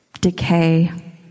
decay